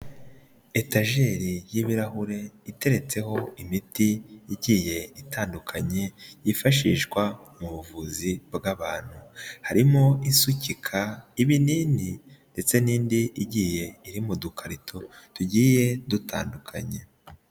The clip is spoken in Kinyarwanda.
EtaJeri y'ibirahure, iteretseho imiti igiye itandukanye, yifashishwa mu buvuzi bw'abantu, harimo isukika ibinini ndetse n'indi, igiye iri mu dukarito, tugiye dutandukanye.